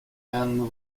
and